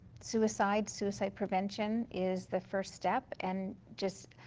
suicide, suicide prevention, is the first step. and just,